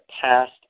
passed